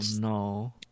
no